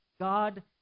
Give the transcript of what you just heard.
God